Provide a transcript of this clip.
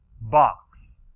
box